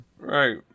Right